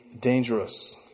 dangerous